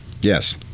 Yes